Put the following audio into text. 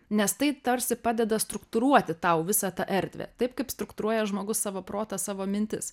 nes tai tarsi padeda struktūruoti tau visą tą erdvę taip kaip struktūruoja žmogus savo protą savo mintis